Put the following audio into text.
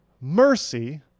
mercy